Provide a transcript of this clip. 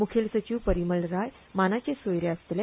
म्खेल सचीव परिमल राय मानाचे सोयरे आसतले